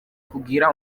kugira